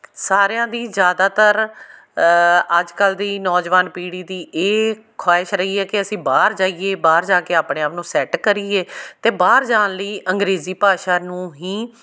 ਸਾਰਿਆਂ ਦੀ ਜ਼ਿਆਦਾਤਰ ਅੱਜ ਕੱਲ੍ਹ ਦੀ ਨੌਜਵਾਨ ਪੀੜ੍ਹੀ ਦੀ ਇਹ ਖ਼ਵਾਹਿਸ਼ ਰਹੀ ਹੈ ਕਿ ਅਸੀਂ ਬਾਹਰ ਜਾਈਏ ਬਾਹਰ ਜਾ ਕੇ ਆਪਣੇ ਆਪ ਨੂੰ ਸੈੱਟ ਕਰੀਏ ਅਤੇ ਬਾਹਰ ਜਾਣ ਲਈ ਅੰਗਰੇਜ਼ੀ ਭਾਸ਼ਾ ਨੂੰ ਹੀ